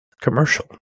commercial